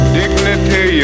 dignity